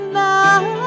now